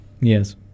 Yes